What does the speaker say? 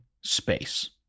space